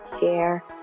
share